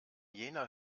jener